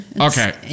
okay